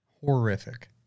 Horrific